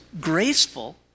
graceful